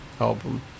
album